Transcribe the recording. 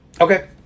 Okay